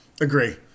Agree